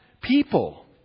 people